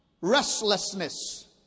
restlessness